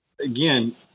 again –